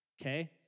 Okay